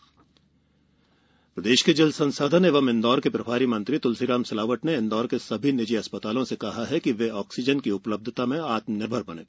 oxygen संयंत्र प्रदेश के जल संसाधन एवं इंदौर के प्रभारी मंत्री तुलसीराम सिलावट ने इंदौर के सभी निजी अस्पतालों से कहा है कि वे ऑक्सीजन की उपलब्यता में आत्मनिर्भर बनें